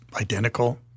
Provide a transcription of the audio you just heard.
identical